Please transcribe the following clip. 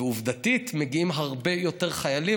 ועובדתית מגיעים הרבה יותר חיילים,